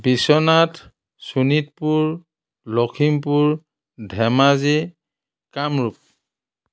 Biswanath Sonitpur Lakhimpur Dhemaji Kamrup